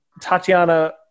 Tatiana